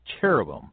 cherubim